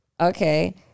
okay